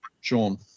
Sean